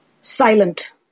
Silent